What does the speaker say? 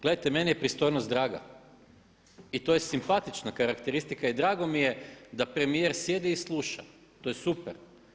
Gledajte, meni je pristojnost draga i to je simpatična karakteristika i drago mi je da premijer sjedi i sluša, to je super.